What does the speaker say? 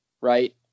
right